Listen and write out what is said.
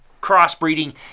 crossbreeding